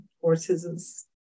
horses